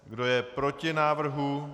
Kdo je proti návrhu?